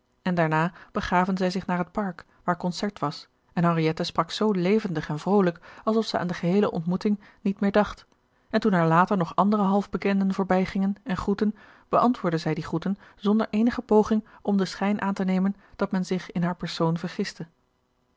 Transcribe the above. en daarna begaven zij zich naar het park waar concert was en henriette sprak zoo levendig en vroolijk alsof zij aan de geheele ontmoeting niet meer dacht en toen haar later nog andere half bekenden voorbij gingen en groetten beantwoordde zij die groeten zonder eenige poging om den schijn aan te nemen dat men zich in haar persoon